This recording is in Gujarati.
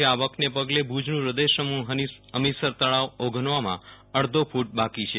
આ આવકને પગલે ભુજનું હૃદયસમા હમીરસર તળાવ ઓગનવામાં અડધો ફૂટ બાકી છે